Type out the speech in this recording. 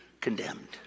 condemned